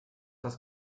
das